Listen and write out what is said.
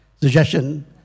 suggestion